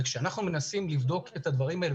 כשאנחנו מנסים לבדוק את הדברים האלה,